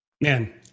Man